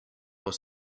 was